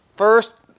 First